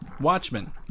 Watchmen